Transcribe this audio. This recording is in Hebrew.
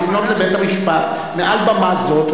ולפנות לבית-המשפט מעל במה זאת,